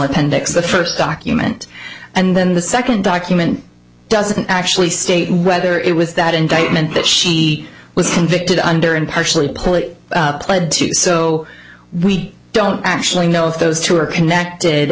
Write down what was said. appendix the first document and then the second document doesn't actually state whether it was that indictment that she was convicted under and partially plea pled to so we don't actually know if those two are connected